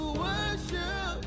worship